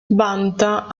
vanta